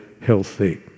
healthy